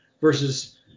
versus